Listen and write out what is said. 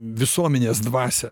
visuomenės dvasią